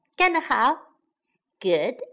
干得好。Good